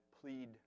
plead